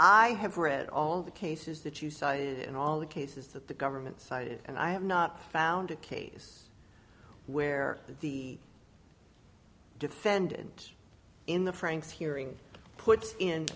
i have read all the cases that you cite and all the cases that the government cited and i have not found a case where the defendant in the franks hearing puts in